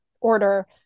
order